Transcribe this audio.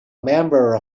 member